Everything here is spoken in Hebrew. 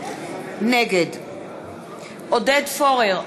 נגד עודד פורר,